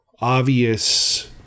obvious